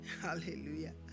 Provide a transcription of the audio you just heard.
Hallelujah